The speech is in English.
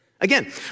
Again